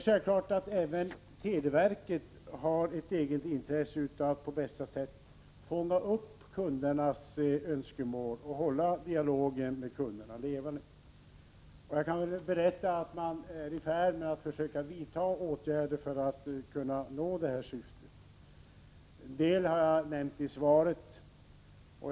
Självfallet har televerket intresse av att på bästa sätt fånga upp kundernas önskemål och hålla dialogen levande. Man är också i färd med att vidta åtgärder för att nå detta syfte. En del har nämnts i svaret.